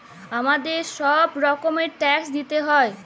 আমাদের ছব গুলা রকমের ট্যাক্স দিইতে হ্যয়